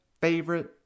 favorite